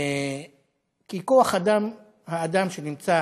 כי כוח האדם שנמצא